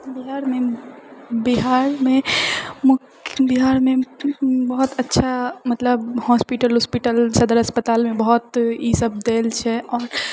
बिहारमे बिहारमे मुख्य बिहारमे बहुत अच्छा मतलब हॉस्पिटल उस्पिटल सदर अस्पतालमे बहुत ई सब देल छै आओर